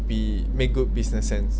be make good business sense